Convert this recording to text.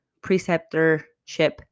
preceptorship